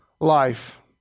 life